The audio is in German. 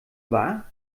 war